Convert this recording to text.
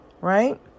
Right